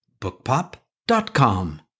bookpop.com